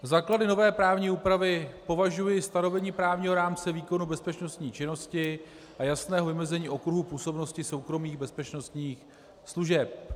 Za klady nové právní úpravy považuji stanovení právního rámce výkonu bezpečnostní činnosti a jasné vymezení okruhu působnosti soukromých bezpečnostních služeb.